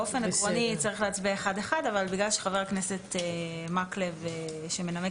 באופן עקרוני צריך להצביע אחד-אחד אבל בגלל שחבר הכנסת מקלב שמנמק